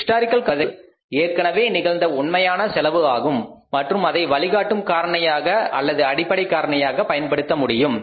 historical cost என்பது ஏற்கனவே நிகழ்ந்த உண்மையான செலவு ஆகும் மற்றும் அதை வழிகாட்டும் காரணியாக அல்லது அடிப்படை காரணியாக பயன்படுத்த முடியும்